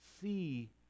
see